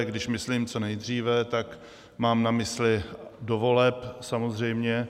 Když myslím co nejdříve, tak mám na mysli do voleb samozřejmě.